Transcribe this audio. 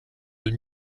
deux